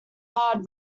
hard